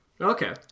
Okay